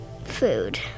food